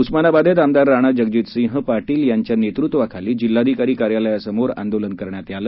उस्मानाबादेत आमदार राणा जगजितसिंह पाटील यांच्या नेतृत्वाखाली जिल्हाधिकारी कार्यालयासमोर आंदोलन करण्यात आलं